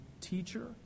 teacher